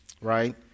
right